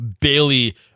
Bailey